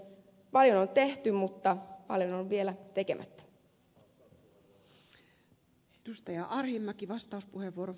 paljon on tehty mutta paljon on vielä tekemättä